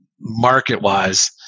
market-wise